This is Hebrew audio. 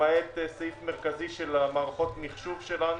למעט סעיף מרכזי על מערכות המחשוב שלנו,